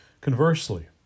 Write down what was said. Conversely